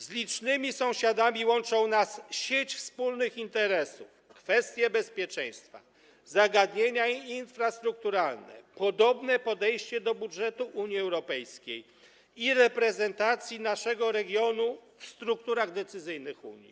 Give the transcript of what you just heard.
Z licznymi sąsiadami łączą nas sieć wspólnych interesów: kwestie bezpieczeństwa, zagadnienia infrastrukturalne, podobne podejście do budżetu Unii Europejskiej i reprezentacji naszego regionu w strukturach decyzyjnych Unii.